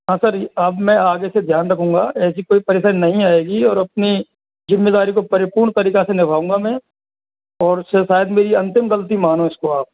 हाँ सर अब मैं आगे से ध्यान रखूंगा ऐसी कोई परेशानी नहीं आएगी और अपनी ज़िम्मेदारी को परिपूर्ण तरीका से निभाउंगा मैं और शायद मैं ये अंतिम गलती मानो इसको आप